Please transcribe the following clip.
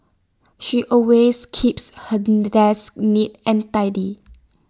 she always keeps her desk neat and tidy